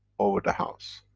over the house.